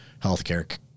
healthcare